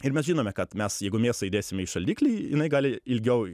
ir mes žinome kad mes jeigu mėsą įdėsime į šaldiklį jinai gali ilgiau